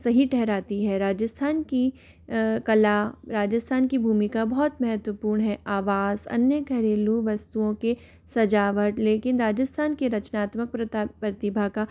सही ठहराती है राजस्थान की कला राजस्थान की भूमिका बहुत महत्वपूर्ण है आवास अन्य घरेलू वस्तुओं के सजावट लेकिन राजस्थान के रचनात्मक प्रतिभा का